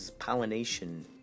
Pollination